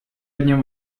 одним